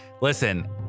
listen